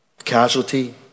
Casualty